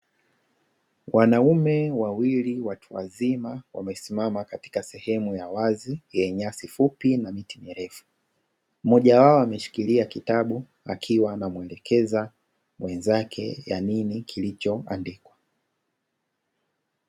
Wanaume wawili watu wazima, wamesimama katika sehemu ya wazi yenye nyasi fupi na miti mirefu, mmoja wao ameshikilia kitabu akiwa anamuelekeza mwenzake ya nini kilichoandikwa.